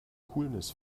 coolness